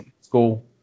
school